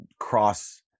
cross